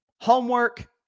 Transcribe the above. homework